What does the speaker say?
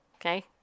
Okay